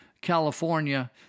California